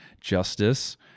justice